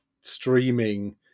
streaming